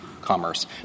commerce